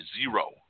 zero